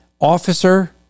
officer